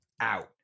out